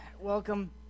Welcome